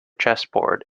chessboard